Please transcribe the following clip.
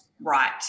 right